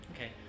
Okay